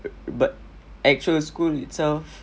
but actual school itself